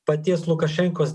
paties lukašenkos